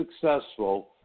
successful